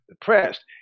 depressed